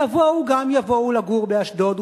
יבואו גם יבואו לגור באשדוד,